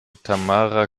tamara